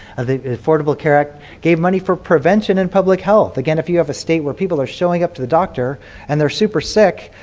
the affordable care act gave money for prevention and public health. again, if you have a state where people are showing up to the doctor and they're super sick,